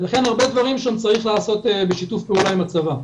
לכן הרבה דברים שם צריך לעשות בשיתוף פעולה עם הצבא.